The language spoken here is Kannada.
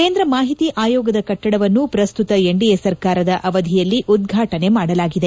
ಕೇಂದ್ರ ಮಾಹಿತಿ ಆಯೋಗದ ಕಟ್ಟಡವನ್ನು ಪ್ರಸ್ತುತ ಎನ್ಡಿಎ ಸರ್ಕಾರದ ಅವಧಿಯಲ್ಲಿ ಉದ್ವಾಟನೆ ಮಾಡಲಾಗಿದೆ